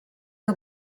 que